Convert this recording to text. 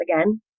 again